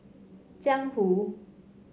Jiang Hu